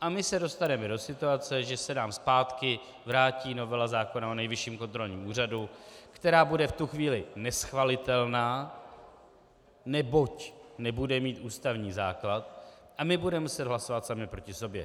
a my se dostaneme do situace, že se nám zpátky vrátí novela zákona o Nejvyšším kontrolním úřadu, která bude v tu chvíli neschvalitelná, neboť nebude mít ústavní základ, a my budeme muset hlasovat sami proti sobě.